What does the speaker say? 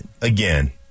again